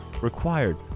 required